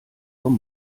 vom